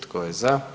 Tko je za?